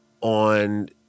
on